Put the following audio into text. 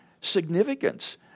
significance